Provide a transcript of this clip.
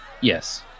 Yes